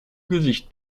gesicht